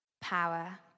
power